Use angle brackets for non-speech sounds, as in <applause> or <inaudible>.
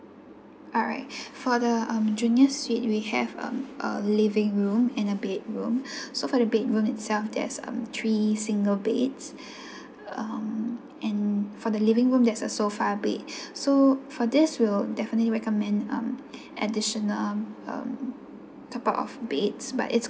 alright <breath> for the um junior suite we have um a living room and a bedroom <breath> so for the bed room itself there's um three single bed <breath> um and for the living room there's a sofa bed <breath> so for this we'll definitely recommend um additional um top up of beds but it's